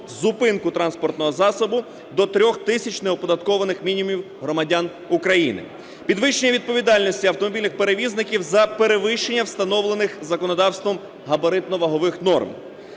зупинку транспортного засобу, до 3-х тисяч неоподаткованих мінімумів громадян України; підвищення відповідальності автомобільних перевізників за перевищення встановлених законодавством габаритно-вагових норм;